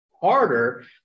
harder